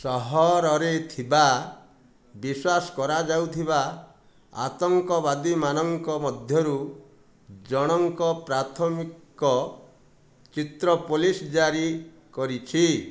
ସହରରେ ଥିବା ବିଶ୍ୱାସ କରାଯାଉଥିବା ଆତଙ୍କବାଦୀମାନଙ୍କ ମଧ୍ୟରୁ ଜଣଙ୍କ ପ୍ରାଥମିକ ଚିତ୍ର ପୋଲିସ୍ ଜାରି କରିଛି